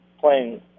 playing